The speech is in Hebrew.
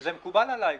וזה מקובל עליי.